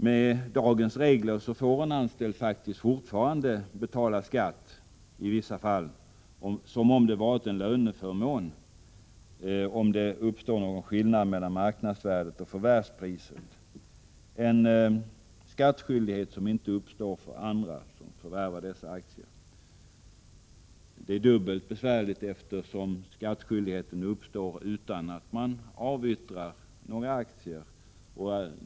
Med dagens regler får en anställd i vissa fall betala skatt som om det var en löneförmån, när det uppstår någon skillnad mellan marknadsvärdet och förvärvspriset — en skattskyldighet som inte uppstår för andra som förvärvar dessa aktier. Det är dubbelt besvärligt, eftersom skattskyldigheten uppstår utan att man avyttrar några aktier.